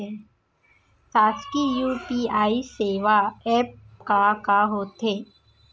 शासकीय यू.पी.आई सेवा एप का का होथे?